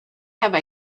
have